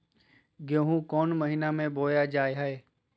गेहूँ कौन महीना में बोया जा हाय?